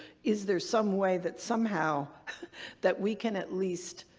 is there some way that somehow that we can at least